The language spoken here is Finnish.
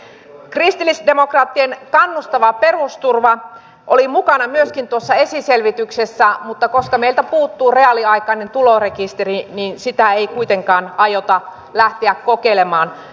myöskin kristillisdemokraattien vaihtoehto kannustava perusturva oli mukana tuossa esiselvityksessä mutta koska meiltä puuttuu reaaliaikainen tulorekisteri sitä ei kuitenkaan aiota lähteä kokeilemaan